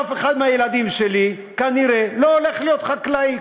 אף אחד מהילדים שלי, כנראה, לא הולך להיות חקלאי.